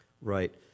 right